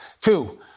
Two